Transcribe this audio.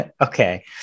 okay